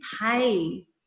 pay